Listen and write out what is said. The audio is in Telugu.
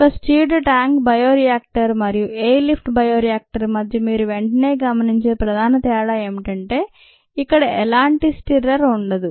ఒక స్టిర్డ్ ట్యాంక్ బయోరియాక్టర్ మరియు ఎయిర్ లిఫ్ట్ బయో రియాక్టర్ మధ్య మీరు వెంటనే గమనించే ప్రధాన తేడా ఏమిటంటే ఇక్కడ ఎలాంటి స్టిర్రర్ ఉండదు